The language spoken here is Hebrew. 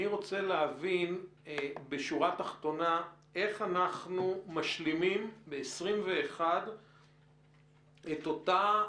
אני רוצה להבין בשורה התחתונה איך אנחנו משלימים ב-2021 את אותו,